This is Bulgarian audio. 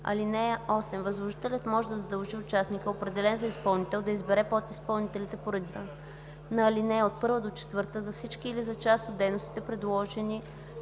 (8) Възложителят може да задължи участника, определен за изпълнител, да избере подизпълнителите по реда на алинеи 1-4 за всички или за част от дейностите, предложени